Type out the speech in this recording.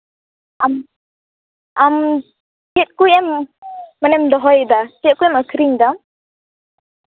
ᱟᱢ ᱟᱢ ᱪᱮᱫ ᱠᱚᱭᱮᱢ ᱢᱟᱱᱮᱢ ᱫᱚᱦᱚᱭᱮᱫᱟ ᱪᱮᱫ ᱠᱚᱢ ᱟᱹᱠᱷᱨᱤᱧᱮᱫᱟ